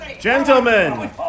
Gentlemen